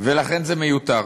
ולכן זה מיותר.